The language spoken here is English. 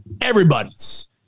everybody's